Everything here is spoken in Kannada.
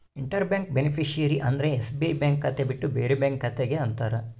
ಇಂಟರ್ ಬ್ಯಾಂಕ್ ಬೇನಿಫಿಷಿಯಾರಿ ಅಂದ್ರ ಎಸ್.ಬಿ.ಐ ಬ್ಯಾಂಕ್ ಖಾತೆ ಬಿಟ್ಟು ಬೇರೆ ಬ್ಯಾಂಕ್ ಖಾತೆ ಗೆ ಅಂತಾರ